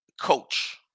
coach